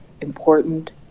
important